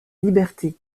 liberté